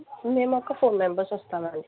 మేము ఒక four members వస్తాం అండి